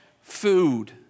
food